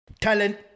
talent